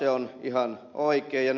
se on ihan oikein